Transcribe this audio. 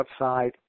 upside